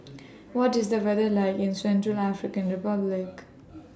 What IS The weather like in Central African Republic